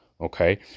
okay